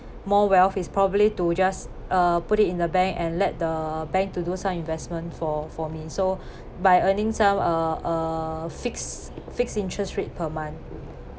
more wealth is probably to just uh put it in the bank and let the bank to do some investment for for me so by earning some uh uh fixed fixed interest rate per month